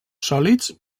sòlids